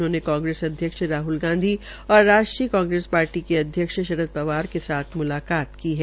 उन्होने कांग्रेस के अध्यक्ष राहल गांधी और राष्ट्रीय कांग्रेस पार्टी के अध्यक्ष शरद पवार के साथ मुलाकात की है